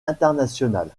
internationale